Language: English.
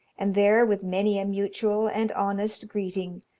and there, with many a mutual and honest greeting,